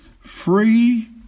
Free